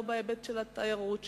לא בהיבט של התיירות שבה,